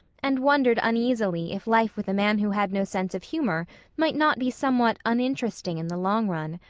and wondered uneasily if life with a man who had no sense of humor might not be somewhat uninteresting in the long run.